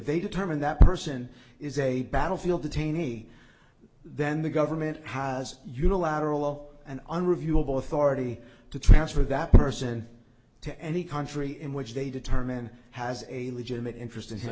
they determine that person is a battlefield detainee then the government has unilateral and unreviewable authority to transfer that person to any country in which they determine has a legitimate interest in